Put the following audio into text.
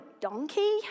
donkey